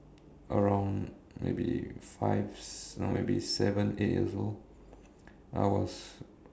around maybe five around maybe seven eight years old I was